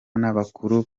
n’abakuru